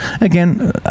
again